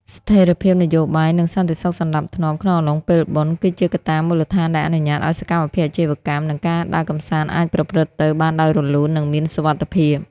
ស្ថិរភាពនយោបាយ និងសន្តិសុខសណ្តាប់ធ្នាប់ក្នុងអំឡុងពេលបុណ្យ គឺជាកត្តាមូលដ្ឋានដែលអនុញ្ញាតឱ្យសកម្មភាពអាជីវកម្ម និងការដើរកម្សាន្តអាចប្រព្រឹត្តទៅបានដោយរលូន និងមានសុវត្ថិភាព។